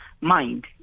mind